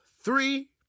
three